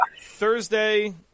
Thursday